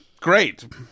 Great